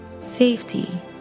safety